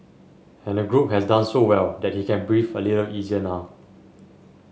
and the group has done so well that he can breathe a little easier now